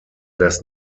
das